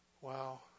Wow